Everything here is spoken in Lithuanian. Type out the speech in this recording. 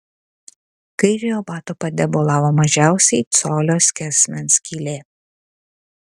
kairiojo bato pade bolavo mažiausiai colio skersmens skylė